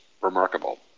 remarkable